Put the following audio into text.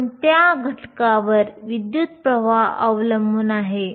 कोणत्या घटकांवर विद्युत् प्रवाह अवलंबून आहे